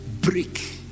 Break